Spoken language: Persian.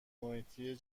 محیطی